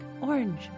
orange